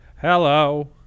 hello